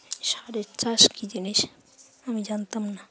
সারের চাষ কী জিনিস আমি জানতাম না